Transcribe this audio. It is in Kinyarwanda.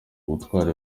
butwari